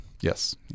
Yes